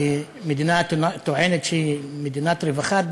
כמדינה הטוענת שהיא מדינת רווחה,